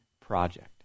project